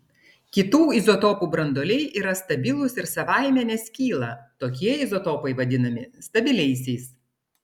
kitų izotopų branduoliai yra stabilūs ir savaime neskyla tokie izotopai vadinami stabiliaisiais